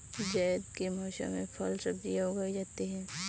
ज़ैद के मौसम में फल सब्ज़ियाँ उगाई जाती हैं